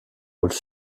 rôles